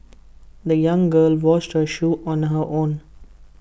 the young girl washed her shoes on her own